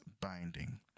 binding